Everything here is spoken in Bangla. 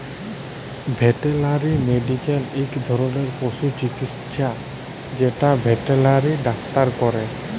ভেটেলারি মেডিক্যাল ইক ধরলের পশু চিকিচ্ছা যেট ভেটেলারি ডাক্তাররা ক্যরে